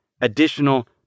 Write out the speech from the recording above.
additional